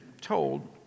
told